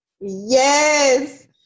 yes